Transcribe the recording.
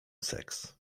seks